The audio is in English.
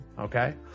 okay